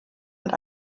mit